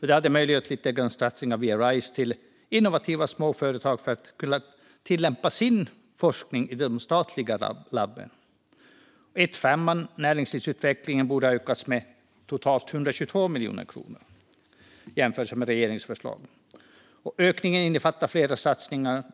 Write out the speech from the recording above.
Det hade möjliggjort satsningar via Rise på innovativa småföretag så att de kunnat tillämpa sin forskning i de statliga labben. Anslaget 1:5 Näringslivsutveckling borde ha ökats med totalt 122 miljoner kronor i jämförelse med regeringens förslag. Ökningen innefattar flera satsningar.